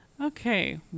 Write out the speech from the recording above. Okay